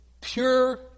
pure